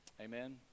Amen